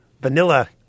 Vanilla